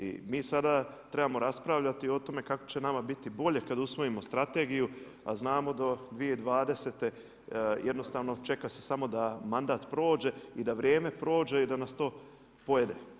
I mi sada trebamo raspravljati o tome kako će nama biti bolje kada usvojimo strategiju, a znamo do 2020. jednostavno čeka se samo da mandat prođe i da vrijeme prođe i da nas to pojede.